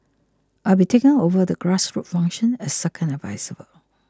I'll be taking over the grassroots function as second adviser